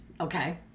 Okay